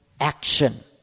action